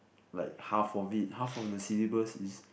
like half of it half of the syllabus is